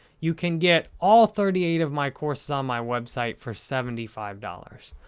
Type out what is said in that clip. you can get all thirty eight of my courses on my website for seventy five dollars.